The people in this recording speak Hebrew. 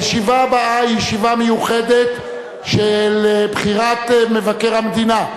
הישיבה הבאה היא ישיבה מיוחדת של בחירת מבקר המדינה,